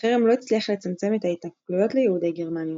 החרם לא הצליח לצמצם את ההתנכלויות ליהודי גרמניה.